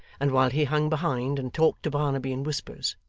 and while he hung behind, and talked to barnaby in whispers.